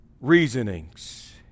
reasonings